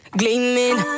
gleaming